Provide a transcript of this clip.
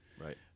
Right